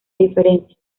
diferencia